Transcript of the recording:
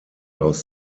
aus